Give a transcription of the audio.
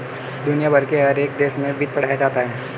दुनिया भर के हर एक देश में वित्त पढ़ाया भी जाता है